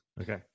okay